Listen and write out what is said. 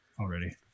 already